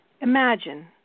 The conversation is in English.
Imagine